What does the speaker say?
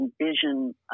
envision